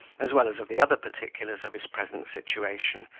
as well as of the other particulars of his present situation,